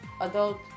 adult